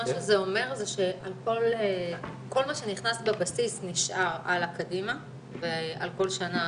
מה שזה אומר זה שכל מה שנכנס בבסיס נשאר הלאה קדימה ועל כל שנה